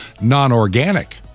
non-organic